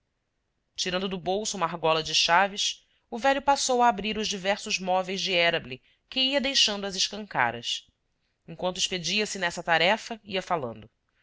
tirando do bolso uma argola de chaves o velho passou a abrir os diversos móveis de érable que ia deixando às escancaras enquanto expedia se nessa tarefa ia falando